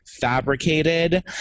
fabricated